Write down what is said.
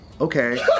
Okay